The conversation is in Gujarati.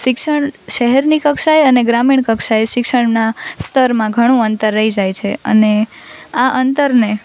શિક્ષણ શહેરની કક્ષાએ અને ગ્રામીણ કક્ષાએ શિક્ષણનાં સ્તરમાં ઘણું અંતર રહી જાય છે અને આ અંતરને